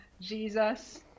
jesus